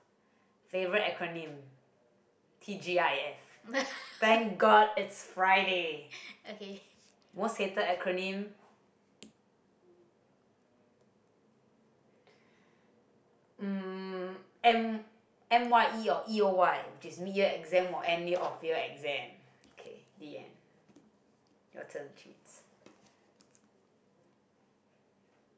okay